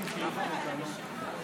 חבריי חברי הכנסת,